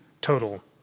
total